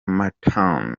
manhattan